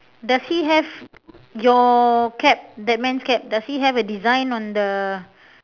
does he have your cap that man's cap does he have a design on the